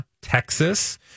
Texas